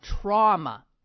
trauma